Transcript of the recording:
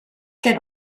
can